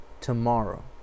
tomorrow